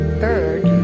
bird